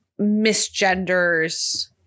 misgenders